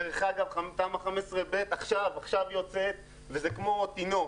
דרך אגב, תמ"א 15(ב) עכשיו יוצאת וזה כמו תינוק.